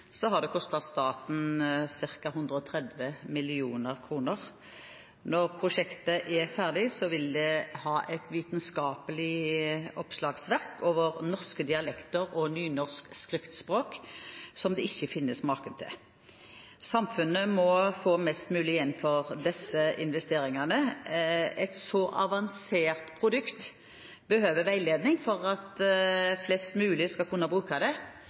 har det kostet staten ca. 130 mill. kr. Når prosjektet er ferdig, vil vi ha et vitenskapelig oppslagsverk over norske dialekter og nynorsk skriftspråk som det ikke finnes maken til. Samfunnet må få mest mulig igjen for disse investeringene. Et så avansert produkt behøver veiledning for at flest mulig skal kunne bruke det,